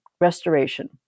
Restoration